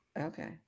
Okay